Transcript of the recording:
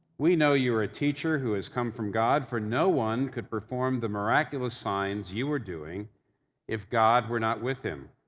we know you're a teacher who has come from god for no one could perform the miraculous signs you were doing if god were not with him